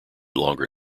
longer